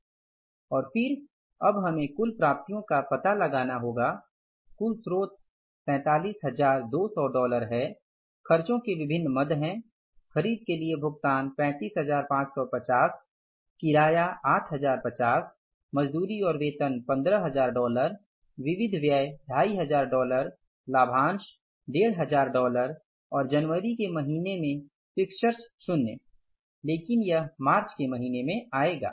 और फिर अब हमें कुल प्राप्तियों का पता लगाना होगा कुल स्रोत 47200 डॉलर है और खर्चों के विभिन्न मद हैं खरीद के लिए भुगतान 35550 किराया 8050 मजदूरी और वेतन 15000 डॉलर विविध 2500 डॉलर लाभांश 1500 डॉलर और जनवरी के महीने में फिक्स्चर्स शुन्य लेकिन यह मार्च के महीने में आएगा